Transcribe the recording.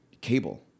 cable